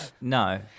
no